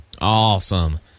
Awesome